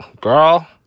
Girl